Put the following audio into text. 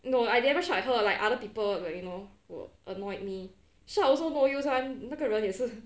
no I never shout at her like other people like you know who annoyed me shout also no use [one] 那个人也是